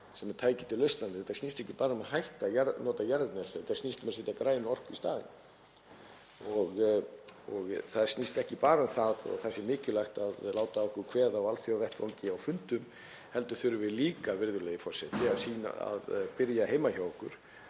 sem er tæki til lausna því þetta snýst ekki bara um að hætta að nota jarðefnaeldsneyti, þetta snýst um að setja græna orku í staðinn og það snýst ekki bara um að það, þó að það sé mikilvægt, að láta að okkur kveða á alþjóðavettvangi á fundum heldur þurfum við líka, virðulegi forseti, að byrja heima hjá okkur